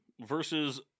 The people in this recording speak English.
versus